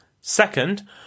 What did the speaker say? Second